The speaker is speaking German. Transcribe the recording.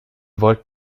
wollt